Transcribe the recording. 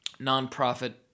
nonprofit